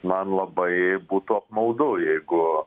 man labai būtų apmaudu jeigu